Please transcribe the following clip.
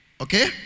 Okay